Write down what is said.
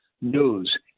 news